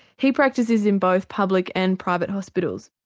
he practises in both public and private hospitals,